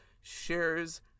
shares